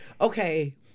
Okay